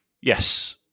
Yes